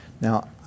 Now